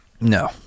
No